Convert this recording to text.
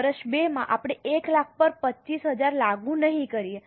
વર્ષ 2 માં આપણે 1 લાખ પર 25000 લાગુ નહીં કરીએ